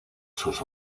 sus